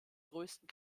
größten